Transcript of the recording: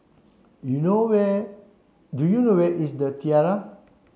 you know where do you know where is The Tiara